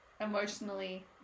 emotionally